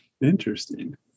Interesting